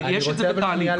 יש את זה בתהליך.